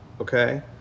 okay